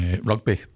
rugby